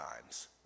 times